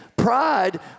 Pride